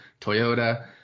Toyota